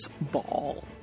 ball